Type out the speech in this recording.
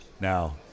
Now